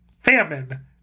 famine